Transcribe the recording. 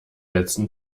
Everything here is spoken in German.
letzten